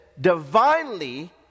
divinely